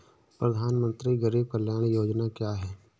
प्रधानमंत्री गरीब कल्याण योजना क्या है?